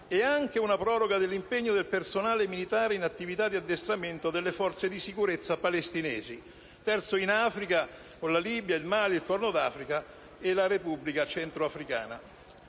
e anche una proroga dell'impiego di personale militare in attività di addestramento delle forze di sicurezza palestinesi); Africa (Libia, Mali, Corno d'Africa e Repubblica centrafricana).